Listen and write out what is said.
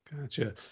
Gotcha